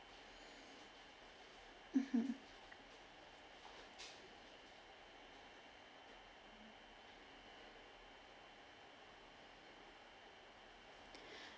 mmhmm